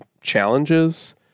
challenges